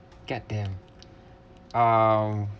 get them um